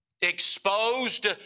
exposed